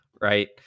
right